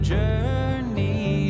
journey